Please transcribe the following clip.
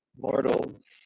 Mortals